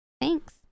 Thanks